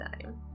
time